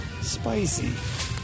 Spicy